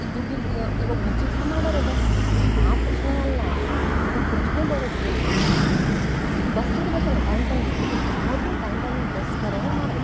ಈಗ ದುಡ್ಡು ಇಲ್ದಿದ್ದ ಇವಾಗ ಉಚಿತ ಮಾಡರೆ ಬಸ್ಸು ಆ ಪ್ರಶ್ನೆ ಅಲ್ಲ ಇವಾಗ ಪ್ರಶ್ನೆ ಬರೋದು ಏನಂದರೆ ಬಸ್ ಇರಬೇಕಲ್ಲ ಟೈಮ್ ಟೈಮಿಗೆ ಮೊದಲು ಟೈಮ್ ಟೈಮಿಗೆ ಬಸ್ ಬರೋ ಹಂಗ್ ಮಾಡ್ಬೇಕು